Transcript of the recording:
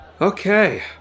Okay